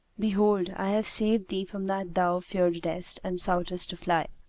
behold, i have saved thee from that thou fearedest and soughtest to fly